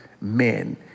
men